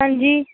ਹਾਂਜੀ